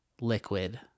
liquid